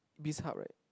Bizhub right